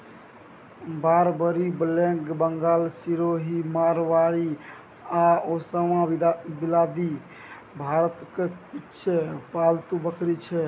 Barbari, black Bengal, Sirohi, Marwari आ ओसमानाबादी भारतक किछ पालतु बकरी छै